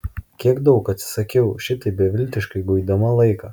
kiek daug atsisakiau šitaip beviltiškai guidama laiką